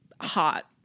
hot